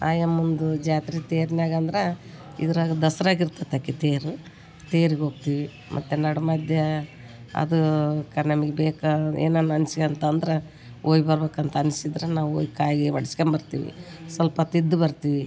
ಆಯಮ್ಮಂದು ಜಾತ್ರೆ ತೇರಿನಾಗ್ ಅಂದ್ರೆ ಇದ್ರಾಗೆ ದಸರಾಗಿರ್ತೈತ್ ಆಕೆ ತೇರು ತೇರಿಗೋಗ್ತೀವಿ ಮತ್ತು ನಡು ಮಧ್ಯ ಅದೂ ಕ ನಮಗ್ ಬೇಕಾ ಏನನ ಅನಿಸ್ಕೊಂತ ಅಂದರೆ ಹೋಗಿ ಬರಬೇಕ್ಕಂತ ಅನಿಸಿದ್ರೆ ನಾವು ಹೋಗಿ ಕಾಯಿ ಗೀಯ್ ಒಡೆಸ್ಕೊಂಬರ್ತೀವಿ ಸ್ವಲ್ಪತ್ ಇದ್ದು ಬರ್ತೀವಿ